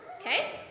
Okay